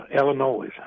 Illinois